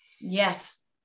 Yes